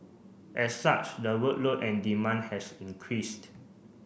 as such the workload and demand has increased